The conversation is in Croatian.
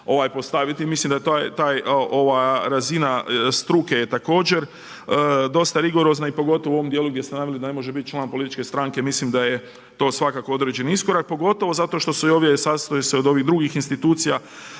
postaviti, mislim da ta razina struke je također dosta rigorozna i pogotovo u ovom dijelu gdje se te naveli, da ne može biti član političke stranke, mislim da je to svakako određeni iskorak, pogotovo zato što i ovdje sastoji se od ovih drugih institucija,